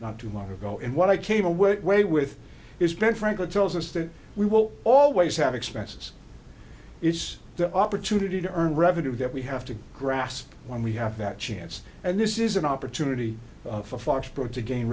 not too long ago and what i came away with is ben franklin tells us that we will always have expenses it's the opportunity to earn revenue that we have to grasp when we have that chance and this is an opportunity for foxborough to gain